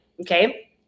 Okay